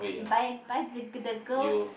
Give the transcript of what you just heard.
buy buy the the girl's